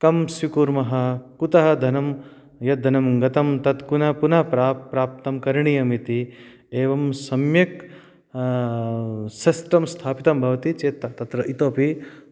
कं स्वीकुर्मः कुतः धनं यत् धनं गतं तत् पुनः पुनः प्राप्तं करणीयमिति एवं सम्यक् सिस्टम् स्थापितं भवति चेत् तत्र इतोऽपि